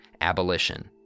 abolition